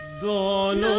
long